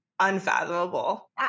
unfathomable